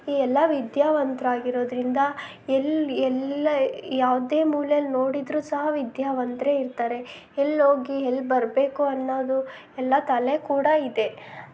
ಎಲ್ಲ ವಿದ್ಯಾವಂತರಾಗಿರೋದ್ರಿಂದ ಎಲ್ಲಿ ಎಲ್ಲ ಯಾವುದೇ ಮೂಲೇಲ್ಲಿ ನೋಡಿದರೂ ಸಹ ವಿದ್ಯಾವಂತರೆ ಇರ್ತಾರೆ ಎಲ್ಲಿ ಹೋಗಿ ಎಲ್ಲಿ ಬರಬೇಕು ಅನ್ನೋದು ಎಲ್ಲ ತಲೆ ಕೂಡ ಇದೆ